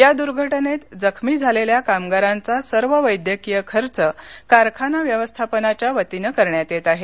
या दूर्घटनेत जखमी कामगारांचा सर्व वैद्यकीय खर्च कारखाना व्यवस्थापनाच्या वतीनं करण्यात येत आहे